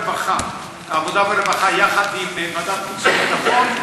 העבודה והרווחה יחד עם ועדת החוץ והביטחון,